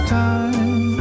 time